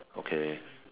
okay